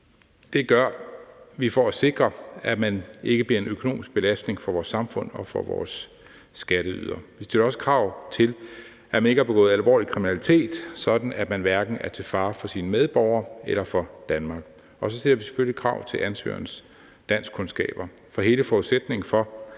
det gør vi for at sikre, at man ikke bliver en økonomisk belastning for vores samfund og for vores skatteydere. Vi stiller også krav til, at man ikke har begået alvorlig kriminalitet, sådan at man hverken er til fare for sine medborgere eller for Danmark. Og så stiller vi selvfølgelig krav til ansøgerens danskkundskaber, for hele forudsætningen for,